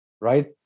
right